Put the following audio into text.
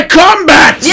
combat